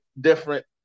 different